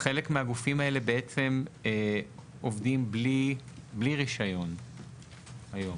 חלק מהגופים האלה בעצם עובדים בלי רישיון היום